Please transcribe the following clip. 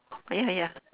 ya ya